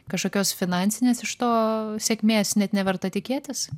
kažkokios finansinės iš to sėkmės net neverta tikėtis